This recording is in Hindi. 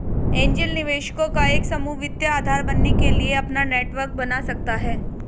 एंजेल निवेशकों का एक समूह वित्तीय आधार बनने के लिए अपना नेटवर्क बना सकता हैं